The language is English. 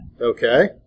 Okay